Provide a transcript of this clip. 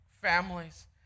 families